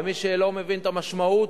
למי שלא מבין את המשמעות,